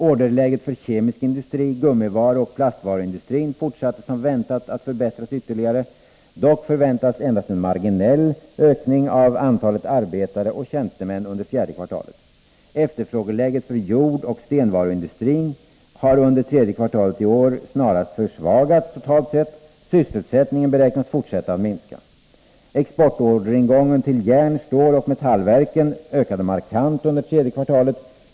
—- Orderläget för kemisk industri, gummivaruoch plastvaruindustrin fortsatte som väntat att förbättras ytterligare. ——— Dock förväntas endast en marginell ökning av antalet arbetare och tjänstemän under fjärde kvartalet. — Efterfrågeläget för jordoch stenvaruindustrin har under tredje kvartalet i år snarast försvagats totalt sett. ——— Sysselsättningen ——— beräknas fortsätta att minska. — Exportorderingången till järn-, ståloch metallverken ökade markant under tredje kvartalet.